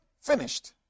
Finished